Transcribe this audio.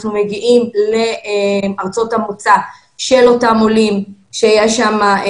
אנחנו מגיעים לארצות המוצא של אותם עולים שיש שם את